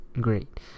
great